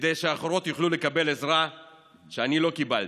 כדי שאחרות יוכלו לקבל עזרה שאני לא קיבלתי.